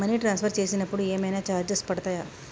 Money transfer చేసినప్పుడు ఏమైనా charges పడతయా?